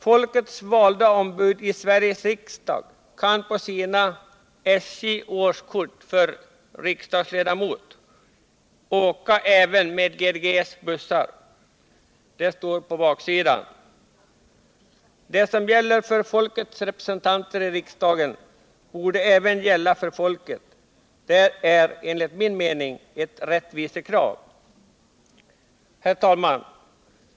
Folkets valda ombud i Sveriges riksdag kan på sina ”SJ Årskort för riksdagsledamot” åka även med GDG:s bussar. Det står på kortets baksida! Det som gäller för folkets representanter i riksdagen borde även gälla för folket. Det är ett rättvisekrav! Herr talman!